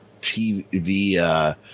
TV